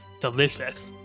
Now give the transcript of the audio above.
delicious